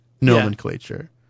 nomenclature